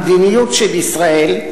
המדיניות של ישראל,